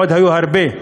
והיו עוד הרבה.